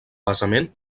basament